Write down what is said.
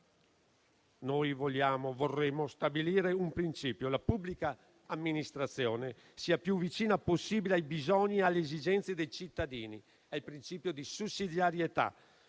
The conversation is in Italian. Noi vorremmo stabilire un principio: la pubblica amministrazione sia più vicina possibile ai bisogni e alle esigenze dei cittadini, al principio di sussidiarietà.